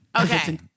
Okay